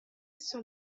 son